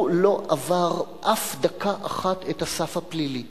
הוא לא עבר אף דקה אחת את הסף הפלילי.